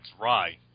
Rye